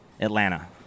Atlanta